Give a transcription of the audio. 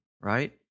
right